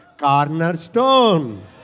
cornerstone